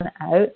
out